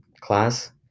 class